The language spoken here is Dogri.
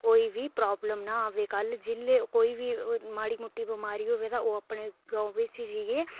कोई बी प्राबलम ना आवे कल्ल जिल्ले कोई बी माड़ी मुट्टी बमारी होवे ता ओह् अपने गांव बिच्च जाइयै